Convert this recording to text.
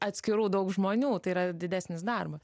atskirų daug žmonių tai yra didesnis darbas